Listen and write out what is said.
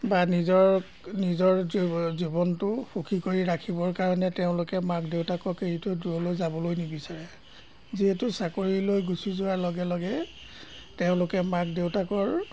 বা নিজৰ নিজৰ জীৱ জীৱনটো সুখী কৰি ৰাখিবৰ কাৰণে তেওঁলোকে মাক দেউতাকক এৰি থৈ দূৰলৈ যাবলৈ নিবিচাৰে যিহেতু চাকৰিলৈ গুচি যোৱাৰ লগে লগে তেওঁলোকে মাক দেউতাকৰ